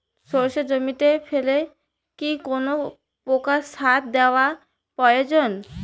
সর্ষে জমিতে ফেলে কি কোন প্রকার সার দেওয়া প্রয়োজন?